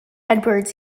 edwards